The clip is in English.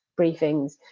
briefings